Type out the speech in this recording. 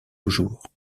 toujours